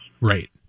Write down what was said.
Right